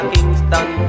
Kingston